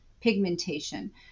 pigmentation